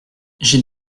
j’ai